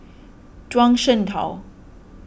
Zhuang Shengtao